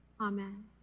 Amen